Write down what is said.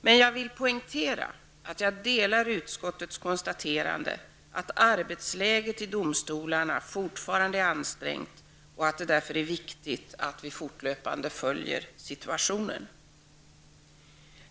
Men jag vill poängtera att jag delar den uppfattning som framgår av utskottets konstaterande, att arbetsläget i domstolarna fortfarande är ansträngt och att det därför är viktigt att vi fortlöpande följer situationen.